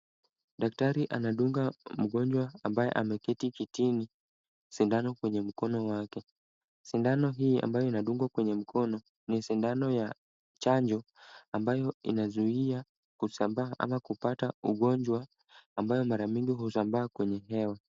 Daktari anadunga mgonjwa ambaye ameketi kitini sindano kwenye mkono wake. Sindano hii ambayo inadungwa kwenye mkono, ni sindano ya chanjo ambayo inazuia kusambaa ama kupata ugonjwa ambao mara mingi husambaa kwenye hewa.